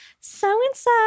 so-and-so